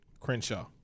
Crenshaw